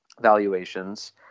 valuations